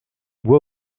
bois